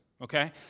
okay